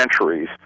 centuries